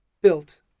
built